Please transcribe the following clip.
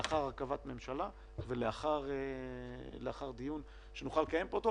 עד לאחר הרכבת ממשלה ולאחר דיון שנוכל לקיים פה,